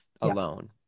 alone